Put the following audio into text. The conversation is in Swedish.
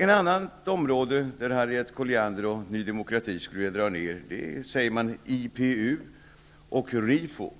Ett annat område där Harriet Colliander och Ny demokrati vill dra ner gäller IPU och RIFO.